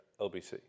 LBC